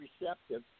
receptive